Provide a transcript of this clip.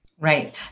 Right